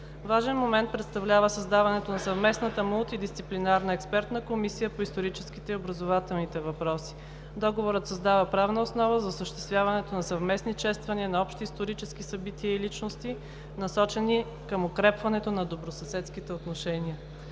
Важен момент представлява създаването на Съвместната мултидисциплинарна експертна комисия по историческите и образователните въпроси. Договорът създава правна основа за осъществяването на съвместни чествания на общи исторически събития и личности, насочени към укрепването на добросъседските отношения.